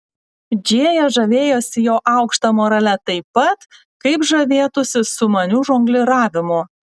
džėja žavėjosi jo aukšta morale taip pat kaip žavėtųsi sumaniu žongliravimu